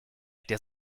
der